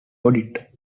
audit